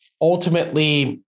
ultimately